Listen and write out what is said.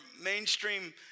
mainstream